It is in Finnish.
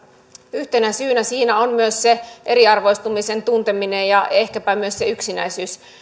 yhtenä syynä siinä on myös se eriarvoistumisen tunteminen ja ehkäpä myös yksinäisyys